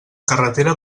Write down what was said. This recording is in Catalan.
carretera